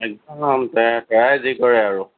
একদম তেওঁ তেওঁই যি কৰে আৰু